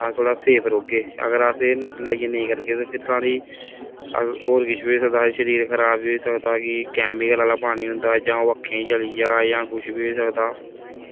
अस थोह्ड़ा सेफ रौह्गे अगर अस एह् लाइयै नेईं करगे ते फिर साढ़ी होर किश बी होई सकदा हा शरीर खराब बी होई सकदा कि कैमिकल आह्ला पानी होंदा ओह् अक्खें च चली जा जां कुछ बी होई सकदा